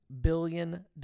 billion